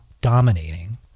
dominating